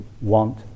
want